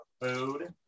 food